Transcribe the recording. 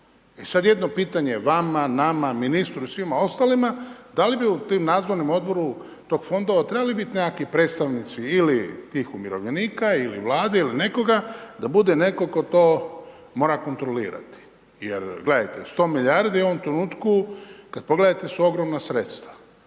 I sad jedno pitanje vama, nama, ministru, svima ostalima, da li bi u tim nadzornim odboru tog fonda trebali biti nekakvi predstavnici ili tih umirovljenika ili Vlade ili nekoga da bude netko tko to mora kontrolirati. Jer gledajte, 100 milijardi u ovom trenutku kad pogledate su ogromna sredstva.